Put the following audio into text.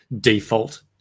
default